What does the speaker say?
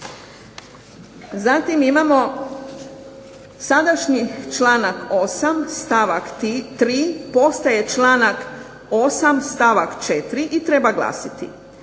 Zatim imamo sadašnji članak 8. stavak 3. postaje članak 8. stavak 4. i treba glasiti,